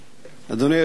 אדוני היושב-ראש,